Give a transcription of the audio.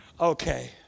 okay